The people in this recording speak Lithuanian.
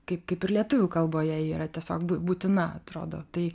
kaip kaip ir lietuvių kalboje ji yra tiesiog bū būtina atrodo tai